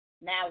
Now